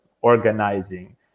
organizing